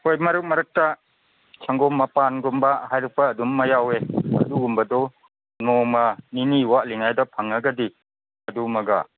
ꯍꯣꯏ ꯃꯔꯛ ꯃꯔꯛꯇ ꯁꯪꯒꯣꯝ ꯃꯄꯥꯟꯒꯨꯝꯕ ꯍꯥꯏꯔꯛꯄ ꯑꯗꯨꯝ ꯃꯌꯥꯎꯏ ꯑꯗꯨꯒꯨꯝꯕꯗꯨ ꯅꯣꯡꯃ ꯅꯤꯅꯤ ꯋꯥꯠꯂꯤꯉꯩꯗ ꯐꯪꯂꯒꯗꯤ ꯑꯗꯨ ꯑꯃꯒ